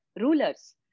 rulers